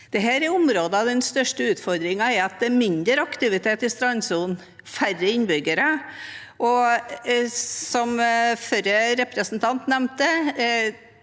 Dette er områder hvor den største utfordringen er at det er mindre aktivitet i strandsonen og færre innbyggere. Som forrige representant nevnte,